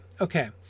Okay